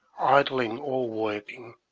idling or working,